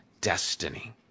destiny